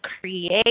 create